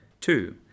Two